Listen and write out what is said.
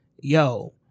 yo